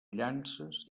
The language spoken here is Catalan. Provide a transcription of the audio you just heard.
llances